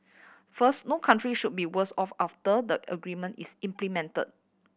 first no country should be worse off after the agreement is implemented